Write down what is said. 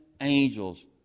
angels